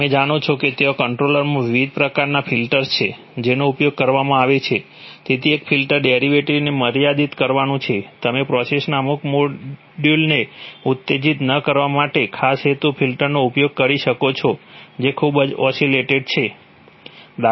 તમે જાણો છો કે ત્યાં કંટ્રોલરમાં વિવિધ પ્રકારના ફિલ્ટર્સ છે જેનો ઉપયોગ કરવામાં આવે છે તેથી એક ફિલ્ટર ડેરિવેટિવ્ઝને મર્યાદિત કરવાનું છે તમે પ્રોસેસના અમુક મોડ્સને ઉત્તેજિત ન કરવા માટે ખાસ હેતુ ફિલ્ટર્સનો ઉપયોગ કરી શકો છો જે ખૂબ જ ઓસીલેટેડ છે